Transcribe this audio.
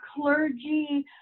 clergy